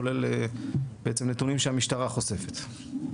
כולל בעצם נתונים שהמשטרה חושפת.